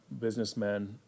businessmen